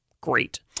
great